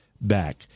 back